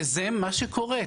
זה מה שקורה.